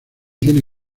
tiene